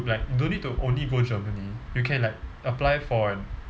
like you don't need to only go germany you can like apply for an